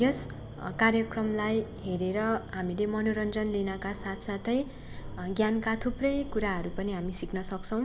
यस कार्यक्रमलाई हेरेर हामीले मनोरन्जन लिनका साथ साथै ज्ञानका थुप्रै कुराहरू पनि हामी सिक्न सक्छौँ